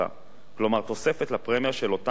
כלומר תוספת לפרמיה של אותם כלי רכב